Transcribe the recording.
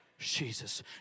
Jesus